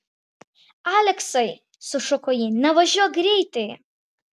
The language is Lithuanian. aleksai sušuko ji nevažiuok greitai